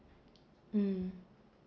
mm